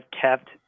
kept